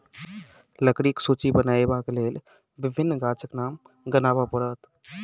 लकड़ीक सूची बनयबाक लेल विभिन्न गाछक नाम गनाब पड़त